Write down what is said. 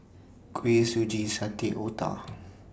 Kuih Suji Satay Otah